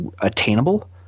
attainable